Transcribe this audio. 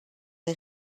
est